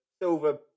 silver